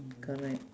correct